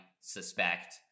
suspect